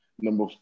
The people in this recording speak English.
Number